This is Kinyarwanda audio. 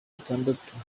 atandatu